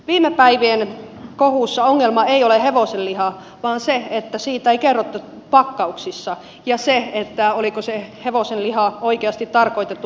viime päivien kohussa ongelma ei ole hevosenliha vaan se että siitä ei kerrottu pakkauksissa ja se oliko se hevosenliha oikeasti tarkoitettu elintarvikkeeksi